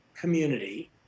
community